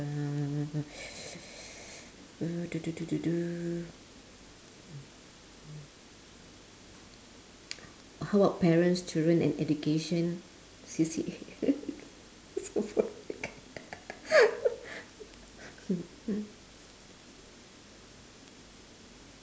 uh uh du du du du du how about parents children and education C_C_A